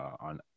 on